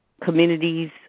communities